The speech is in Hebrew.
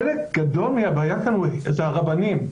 חלק גדול מהבעיה כאן היא הרבנים,